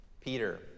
Peter